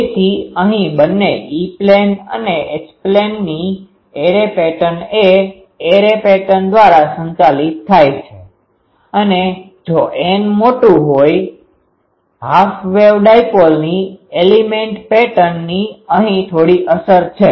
તેથી અહીં બંને E પ્લેન અને H પ્લેનની એરે પેટર્ન એ એરે પેટર્ન દ્વારા સંચાલિત થાય છે અને જો N મોટુ હોય હાફ વેવ ડાયપોલની એલીમેન્ટ પેટર્નની અહીં થોડી અસર છે